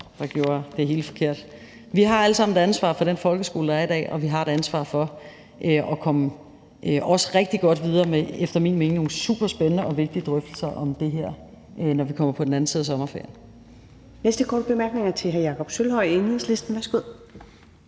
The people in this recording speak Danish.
der gjorde det hele forkert. Vi har alle sammen et ansvar for den folkeskole, der er i dag, og vi har et ansvar for også at komme rigtig godt videre med nogle efter min mening superspændende og vigtige drøftelser om det her, når vi kommer på den anden side af sommerferien. Kl. 17:35 Første næstformand (Karen Ellemann): Den næste